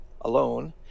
alone